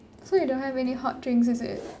so you don't have any hot drinks is it